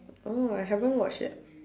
oh I haven't watch yet